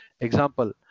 example